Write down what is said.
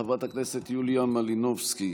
חברת הכנסת יוליה מלינובסקי,